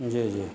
جی جی